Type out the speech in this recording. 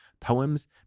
poems